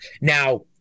Now